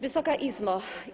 Wysoka Izbo!